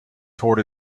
toward